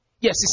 Yes